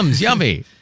Yummy